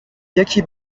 یکی